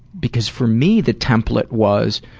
because for me, the template was,